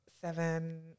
Seven